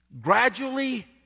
gradually